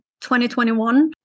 2021